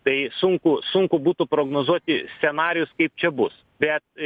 tai sunku sunku būtų prognozuoti scenarijus kaip čia bus bet